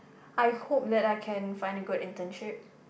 I hope that I can find a good internship